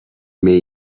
may